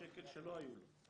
שלא היו לו.